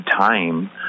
time